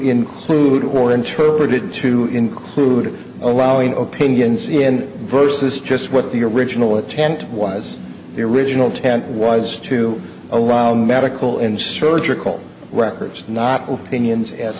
include or interpreted to include allowing opinions in versus just what the original intent was the original tent was to around medical and surgical records not real pinions as